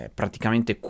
praticamente